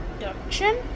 introduction